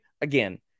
again